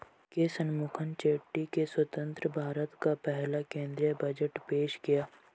के शनमुखम चेट्टी ने स्वतंत्र भारत का पहला केंद्रीय बजट पेश किया